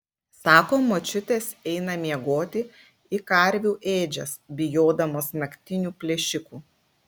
sako močiutės eina miegoti į karvių ėdžias bijodamos naktinių plėšikų